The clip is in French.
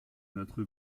notre